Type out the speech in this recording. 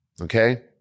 Okay